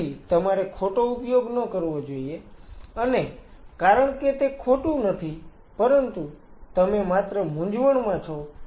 તેથી તમારે ખોટો ઉપયોગ ન કરવો જોઈએ અને કારણ કે તે ખોટું નથી પરંતુ તમે માત્ર મૂંઝવણમાં છો